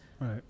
Right